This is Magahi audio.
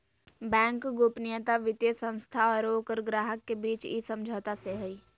बैंक गोपनीयता वित्तीय संस्था आरो ओकर ग्राहक के बीच इ समझौता से हइ